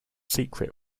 secret